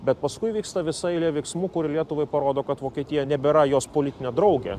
bet paskui vyksta visa eilė veiksmų kurie lietuvai parodo kad vokietija nebėra jos politinė draugė